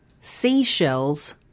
seashells